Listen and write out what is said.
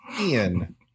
Ian